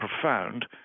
profound